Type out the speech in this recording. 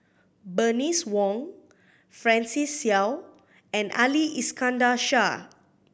Bernice Wong Francis Seow and Ali Iskandar Shah